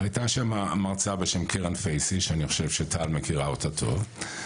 הייתה שם מרצה בשם קרן פייסי שאני חושב שטל מכירה אותה טוב.